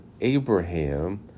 Abraham